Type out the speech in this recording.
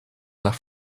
nach